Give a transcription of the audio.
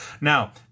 Now